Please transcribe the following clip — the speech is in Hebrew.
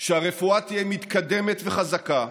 שהרפואה תהיה מתקדמת וחזקה,